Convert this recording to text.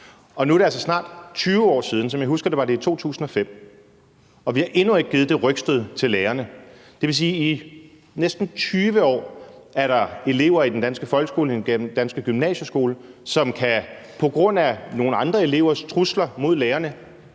Og nu er det altså snart 20 år siden – som jeg husker det, var det i 2005 – og vi har endnu ikke givet det rygstød til lærerne. Det vil sige, at i næsten 20 år er der elever i den danske folkeskole, den danske gymnasieskole, som på grund af nogle andre elevers trusler mod lærerne